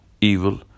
evil